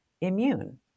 immune